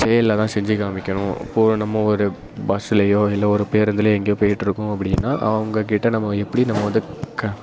செயலில் தான் செஞ்சு காமிக்கணும் இப்போ நம்ம ஒரு பஸ்ஸுலேயோ இல்லை ஒரு பேருந்துலேயோ எங்கேயோ போயிட்டுருக்கோம் அப்படின்னா அவங்கக்கிட்ட நம்ம எப்படி நம்ம வந்துட்டு க